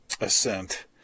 ascent